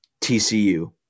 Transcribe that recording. TCU